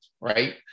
right